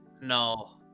No